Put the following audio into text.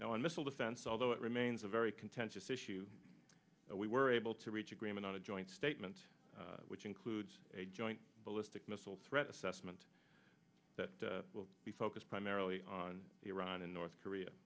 now on missile defense although it remains a very contentious issue and we were able to reach agreement on a joint statement which includes a joint ballistic missile threat assessment that will be focused primarily on iran and north korea